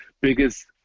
Biggest